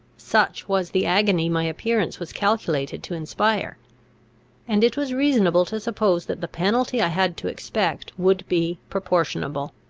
such was the agony my appearance was calculated to inspire and it was reasonable to suppose that the penalty i had to expect would be proportionable.